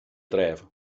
dref